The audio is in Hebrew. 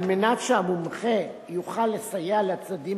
על מנת שהמומחה יוכל לסייע לצדדים